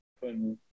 fun